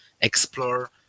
explore